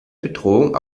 bedrohung